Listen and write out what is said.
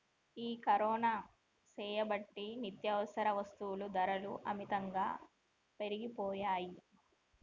ఈ కరోనా సేయబట్టి నిత్యావసర వస్తుల ధరలు అమితంగా పెరిగిపోయాయి